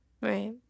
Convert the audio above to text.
Right